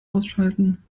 ausschalten